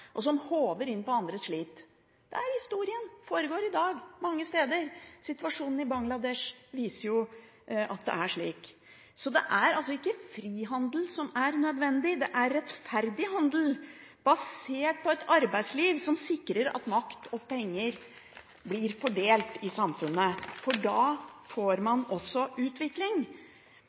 som hover inn på andres slit. Det er historien, det foregår i dag mange steder. Situasjonen i Bangladesh viser jo at det er slik. Så det er ikke frihandel som er nødvendig, det er rettferdig handel basert på et arbeidsliv som sikrer at makt og penger blir fordelt i samfunnet. Da får man også utvikling.